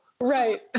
Right